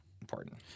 important